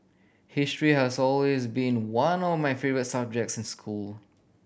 history has always been one of my favourite subjects in school